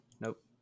Nope